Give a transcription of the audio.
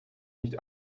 nicht